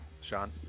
Sean